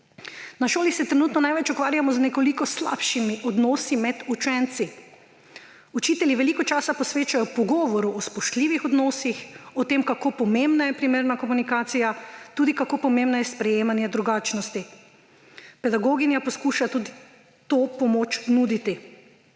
Na šoli se trenutno največ ukvarjamo z nekoliko slabšimi odnosi med učenci. Učitelji veliko časa posvečajo pogovoru o spoštljivih odnosih, o tem, kako pomembna je primerna komunikacija, tudi kako je pomembno je sprejemanje drugačnosti. Pedagoginja poskuša tudi to pomoč nuditi.